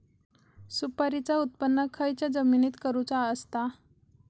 सुपारीचा उत्त्पन खयच्या जमिनीत करूचा असता?